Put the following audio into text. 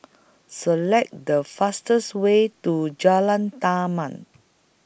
Select The fastest Way to Jalan Taman